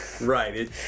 right